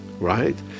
right